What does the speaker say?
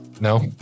no